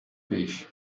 pesci